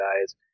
guys